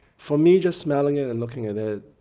for me, just smelling it and looking at it,